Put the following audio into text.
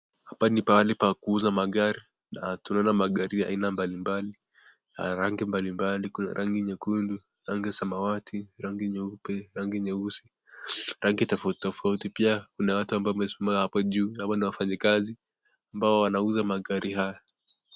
Hapa ni pahali pa kuuza magari na tunaona magari ya aina mbalimbali, rangi mbalimbali. Kuna rangi nyekundu, rangi ya samawati , rangi nyeupe, rangi nyeusi. Rangi tofauti tofauti. Pia kuna watu wamesimama hapo juu ambao ni wafanyikazi ambao wanauza magari haya.